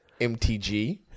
MTG